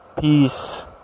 peace